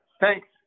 Thanks